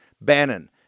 Bannon